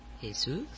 Jesus